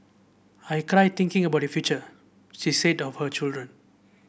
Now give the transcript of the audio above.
I cry thinking about their future she said of her children